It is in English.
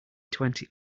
twenty